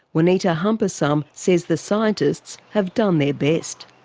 juanita hamparsum says the scientists have done their best.